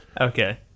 Okay